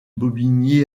bobigny